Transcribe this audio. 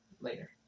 Later